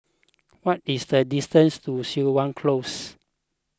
what is the distance to Siok Wan Close